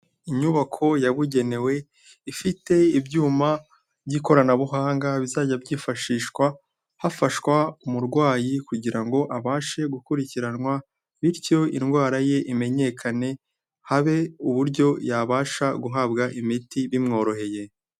Inyubako yabugenewe ifite ibyuma by'ikoranabuhanga bizajya byifashishwa hafashwa umurwayi kugira ngo abashe gukurikiranwa, bityo indwara ye imenyekane habe uburyo yabasha guhabwa imiti bimworoheye.